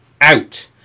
out